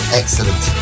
excellent